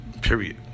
period